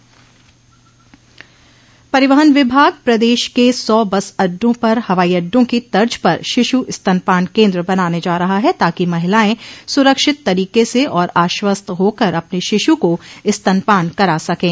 परिवहन विभाग प्रदेश के सौ बस अड्डों पर हवाई अड्डों की तर्ज पर शिशु स्तनपान केन्द्र बनाने जा रहा है ताकि महिलाएं सुरक्षित तरीके से और आश्वस्त होकर अपने शिशु को स्तनपान करा सकें